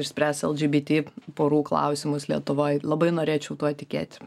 išspręs lgbt porų klausimus lietuvoj labai norėčiau tuo tikėti